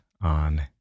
on